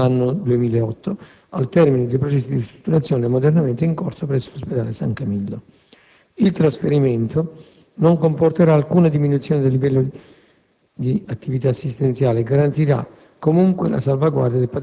Tale trasferimento potrà concretizzarsi entro l'anno 2008, al termine dei processi di ristrutturazione e ammodernamento in corso presso l'ospedale San Camillo. Il trasferimento non comporterà alcuna diminuzione del livello di